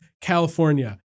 California